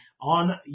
on